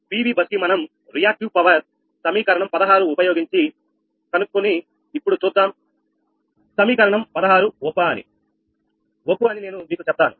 వి bus కి మనం reactive power సమీకరణం 16 ఉపయోగించి కనుక్కున్న ఇప్పుడు చూద్దాం సమీకరణం 16 ఒప్పా అని అని నేను మీకు చెప్తాను